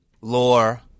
lore